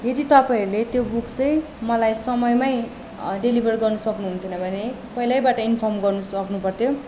यदि तपाईँहरूले त्यो बुक चाहिँ मलाई समयमै डेलिभर गर्नु सक्नु हुन्थेन भने पहिल्यैबाट इन्फर्म गर्नु सक्नुपर्थ्यो